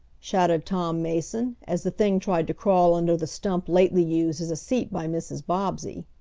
shouted tom mason, as the thing tried to crawl under the stump lately used as a seat by mrs. bobbsey.